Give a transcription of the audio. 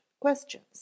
questions